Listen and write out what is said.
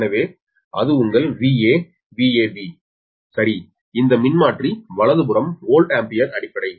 எனவே அது உங்கள் VA B சரி இந்த மின்மாற்றி வலதுபுறம் வோல்ட் ஆம்பியர் அடிப்படை